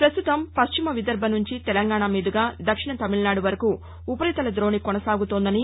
ప్రస్తుతం పశ్చిమ విదర్బ నుంచి తెలంగాణ మీదుగా దక్షిణ తమిళనాడు వరకు ఉపరితల దోణి కొనసాగుతోందని